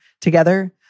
together